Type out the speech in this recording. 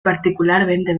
particularmente